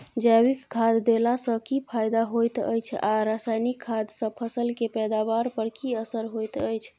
जैविक खाद देला सॅ की फायदा होयत अछि आ रसायनिक खाद सॅ फसल के पैदावार पर की असर होयत अछि?